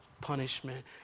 punishment